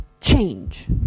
change